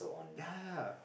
ya ya ya